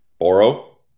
Boro